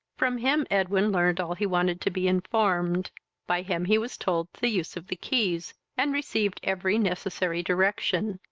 from him edwin learned all he wanted to be informed by him he was told the use of the keys, and received every necessary direction.